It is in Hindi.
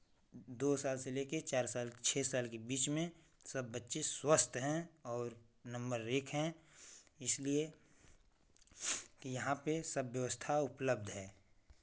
दो साल से ले के चार साल छः साल के बीच में सब बच्चे स्वस्थ हैं और नंबर एक हैं इसलिए कि यहाँ पे सब व्यवस्था उपलब्ध है